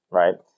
right